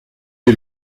est